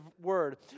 word